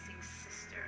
sister